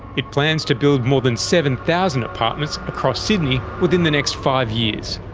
it plans to build more than seven thousand apartments across sydney within the next five years,